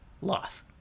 Loss